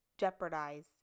jeopardize